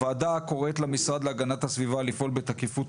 הוועדה קוראת למשרד להגנת הסביבה לפעול בתקיפות